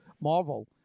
marvel